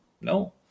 No